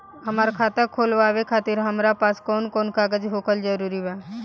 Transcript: हमार खाता खोलवावे खातिर हमरा पास कऊन कऊन कागज होखल जरूरी बा?